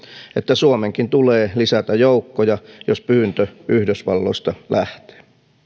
että suomenkin tulee lisätä joukkoja jos pyyntö yhdysvalloista lähtee